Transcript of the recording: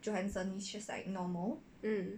mm